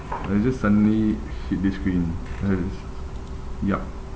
uh it just suddenly hit this screen I had this yup